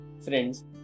Friends